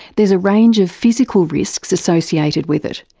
there's a range of physical risks associated with it,